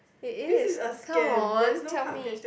it is come on tell me